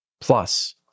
Plus